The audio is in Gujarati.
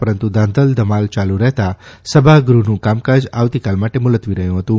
પરંતુ ધાંધલ ધમાલ ચાલુ રહેતા સભાગૃહનું કામકાજ આવતીકાલ માટે મુલતવી રહ્યું હતું